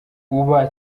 uba